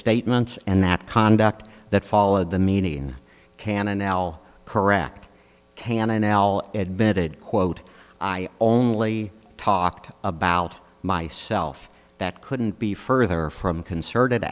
statements and that conduct that followed the meaning can an al correct hananel admitted quote i only talked about myself that couldn't be further from concerted